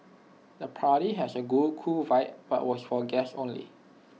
the party has A cool vibe but was for guest only